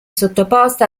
sottoposta